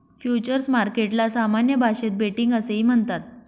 futures मार्केटला सामान्य भाषेत बेटिंग असेही म्हणतात